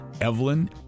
Evelyn